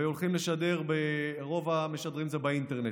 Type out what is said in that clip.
ורוב המשדרים זה באינטרנט.